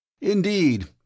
Indeed